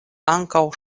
ankaŭ